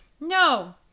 No